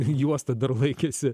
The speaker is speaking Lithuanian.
juosta dar laikėsi